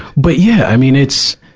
but, yeah. i mean, it's,